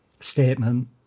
statement